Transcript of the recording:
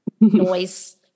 noise